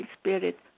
spirit